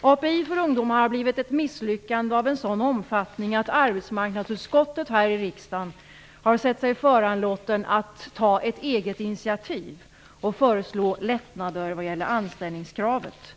API för ungdomar har blivit ett misslyckande av en sådan omfattning att arbetsmarknadsutskottet i riksdagen har sett sig föranlåtet att ta ett eget initiativ och föreslå lättnader vad gäller anställningskravet.